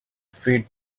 feed